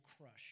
crush